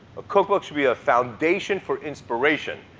a cookbook should be a foundation for inspiration,